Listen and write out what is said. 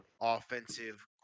offensive